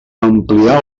amplia